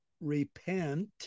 repent